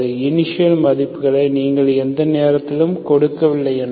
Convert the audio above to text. initial மதிப்புகளை நீங்கள் எந்த நேரத்திலும் கொடுக்கவில்லை என்றால்